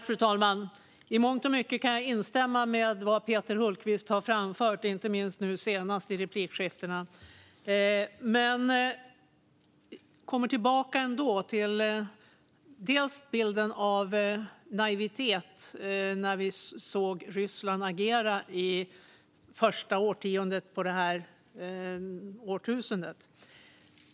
Fru talman! I mångt och mycket kan jag instämma i vad Peter Hultqvist har framfört, inte minst i de senaste replikskiftena. Men jag kommer ändå tillbaka till bilden av naivitet när vi såg Ryssland agera under första årtiondet på detta årtusende.